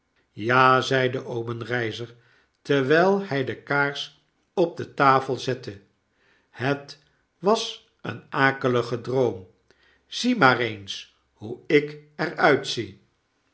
ja zeide obenreizer terwjjl hij de kaars op de tafel zette het was een akelige droom zie maar eens hoe ik er uitzie